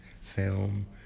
film